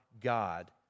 God